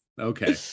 okay